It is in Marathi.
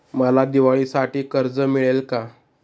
मला दिवाळीसाठी कर्ज मिळेल का?